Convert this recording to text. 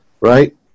right